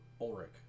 Ulrich